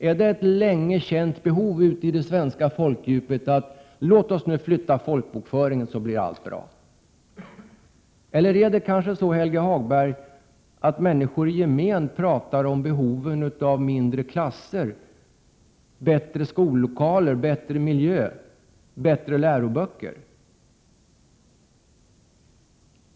Är det ett länge känt behov ute i det svenska folkdjupet att flytta folkbokföringen? Eller är det kanske så, Helge Hagberg, att människor i gemen talar om behovet av mindre klasser, bättre skollokaler, bättre skolmiljö, bättre läroböcker?